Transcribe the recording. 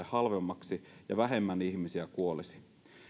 halvemmaksi ja vähemmän ihmisiä kuolisi